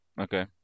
Okay